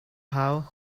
hau